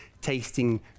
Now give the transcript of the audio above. tasting